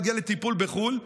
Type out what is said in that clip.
להגיע לטיפול בחו"ל,